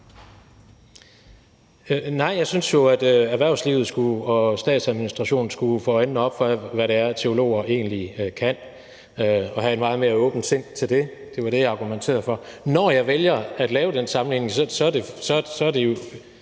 Nej, for jeg synes jo, at erhvervslivet og statsadministrationen skulle få øjnene op for, hvad det er, teologer egentlig kan, og have et meget mere åbent sind over for det. Det var det, jeg argumenterede for. Når jeg vælger at lave den sammenligning, er det ikke,